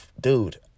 dude